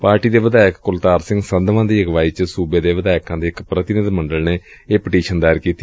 party ਦੇ ਵਿਧਾਇਕ ਕੁਲਤਾਰ ਸਿੰਘ ਸੰਧਵਾਂ ਦੀ ਅਗਵਾਈ ਚ ਸੁਬੇ ਦੇ ਵਿਧਾਇਕਾਂ ਦੇ ਇਕ ਪ੍ਤੀਨਿਧ ਮੰਡਲ ਨੇ ਇਹ ਪਟੀਸ਼ਨ ਦਾਇਰ ਕੀਤੀ